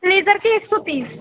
laser की एक सौ तीस